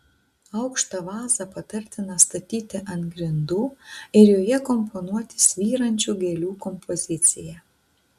aukštą vazą patartina statyti ant grindų ir joje komponuoti svyrančių gėlių kompoziciją